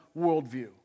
worldview